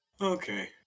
Okay